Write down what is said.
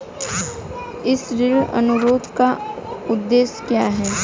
इस ऋण अनुरोध का उद्देश्य क्या है?